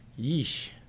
yeesh